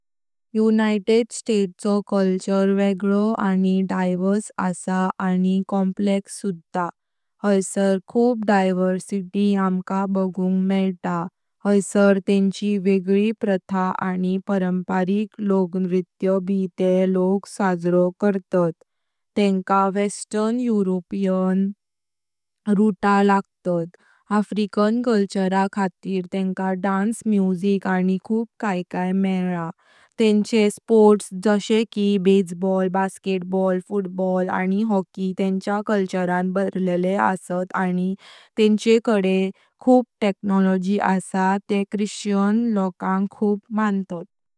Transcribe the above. United state चो culture वेगळो आनी डाइवर्स असा आनी कॉम्प्लेक्स सुधा। हायसार खूप डायवर्सिटी आमका बघुंग मेयता। हायसार तेंची वेगळी प्रथा आनी पारंपारिक लोकनृत्य ब ते लोक सजरो करतात। तेंका वेस्टर्न यूरोपियन रूट्स लागतात। अफ्रिकन कल्चरल खातीर तेंका डान्स म्युझिक आनी खूप काए काए मेयला। तेंचे स्पोर्ट्स जसे की बेसबॉल, बास्केटबॉल, फुटबॉल, आनी होकी तेंच्या कल्चरल भरलेले असात आनी तेंच्याकडे खूप टेक्नोलॉजी असा। ते ख्रिश्चन लोकांग खूप मंतात।